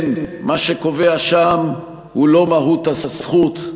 כן, מה שקובע שם הוא לא מהות הזכות,